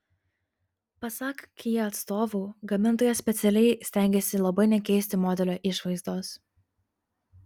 pasak kia atstovų gamintojas specialiai stengėsi labai nekeisti modelio išvaizdos